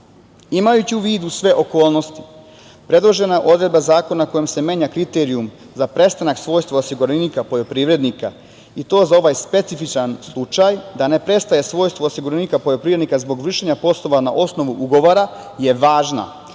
snage. Imajući u vidu sve okolnosti predložena odredba zakona kojom se menja kriterijum za prestanak svojstvo osiguranika poljoprivrednika i to za ovaj specifičan slučaj, da ne prestaje svojstvo osiguranika poljoprivrednika zbog vršenja poslova na osnovu ugovora je važna,